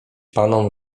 panom